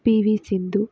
P V Sindhu